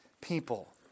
people